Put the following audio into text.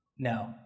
No